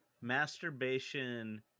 masturbation